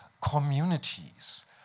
communities